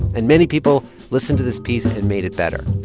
and many people listened to this piece and made it better.